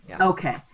okay